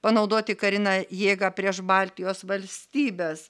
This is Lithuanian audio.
panaudoti karinę jėgą prieš baltijos valstybes